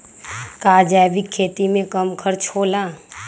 का जैविक खेती में कम खर्च होला?